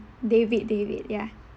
david david ya